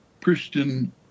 Christian